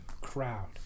crowd